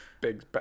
big